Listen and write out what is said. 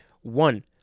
One